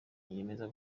yiyemeza